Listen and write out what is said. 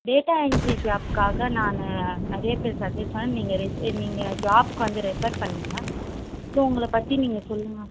data entry ஜாப்புக்காக நான் நிறைய பேர் சஜ்ஜஸ் பண் நீங்கள் ரெஜி நீங்கள் ஜாபுக்கு வந்து ரெஃபர் பண்ணீங்க ஸோ உங்களை பற்றி நீங்கள் சொல்லுங்கள்